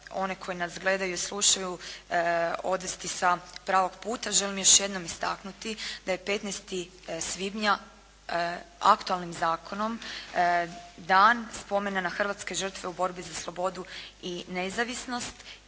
oni koji nas gledaju i slušaju odvesti sa pravog puta želim još jednom istaknuti da je 15. svibnja aktualnim zakonom Dan spomena na hrvatske žrtve u borbi za slobodu i nezavisnost